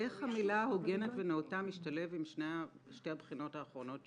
איך המילים "הוגנת ונאותה" משתלבות עם שתי הבחינות האחרונות שהיו?